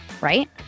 right